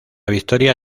victoria